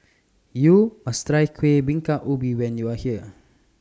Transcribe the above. YOU must Try Kueh Bingka Ubi when YOU Are here